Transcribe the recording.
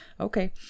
okay